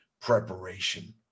preparation